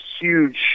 huge